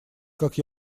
как